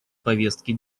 повестке